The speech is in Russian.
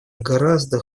гораздо